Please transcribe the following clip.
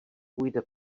půjde